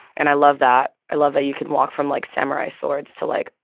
and i love that. i love that you can walk from, like, samurai swords to, like,